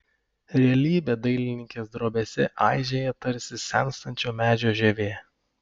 realybė dailininkės drobėse aižėja tarsi senstančio medžio žievė